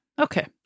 Okay